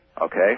okay